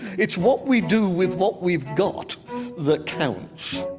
it's what we do with what we've got that counts